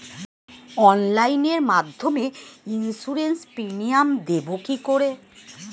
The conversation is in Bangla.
অনলাইনে মধ্যে ইন্সুরেন্স প্রিমিয়াম দেবো কি করে?